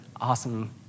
awesome